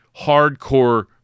hardcore